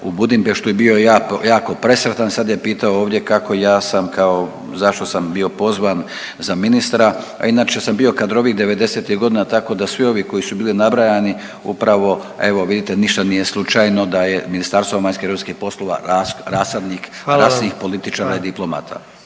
u Budimpeštu i bio je jako, jako presretan, sad je pitao ovdje kako ja sam kao, zašto sam bio pozvan za ministra, a inače sam bio kadrovik '90.-tih godina, tako da svi ovi koji su bili nabrajani upravo evo vidite ništa nije slučajno da je Ministarstvo vanjskih i europskih poslova rasadnik …/Govornik se ne razumije/… političara i diplomata.